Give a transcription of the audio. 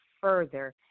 further